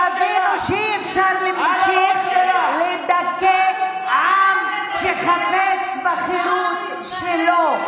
תבינו שאי-אפשר להמשיך לדכא עם שחפץ בחירות שלו.